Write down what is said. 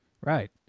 Right